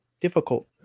difficult